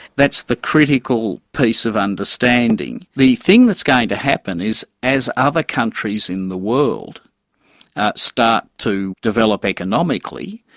that's the critical piece of understanding. the thing that's going to happen is as other countries in the world start to develop economically,